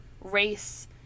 race—